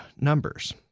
numbers